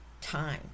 time